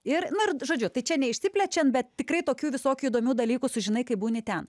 ir na ir žodžiu tai čia neišsiplečiant bet tikrai tokių visokių įdomių dalykų sužinai kai būni ten